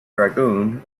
dragoon